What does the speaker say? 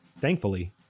thankfully